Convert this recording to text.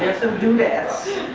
some dudettes.